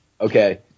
okay